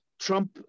trump